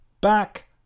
back